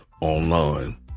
online